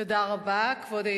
תמיד פתאום יש